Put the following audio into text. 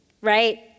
right